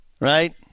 right